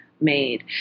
made